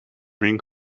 ring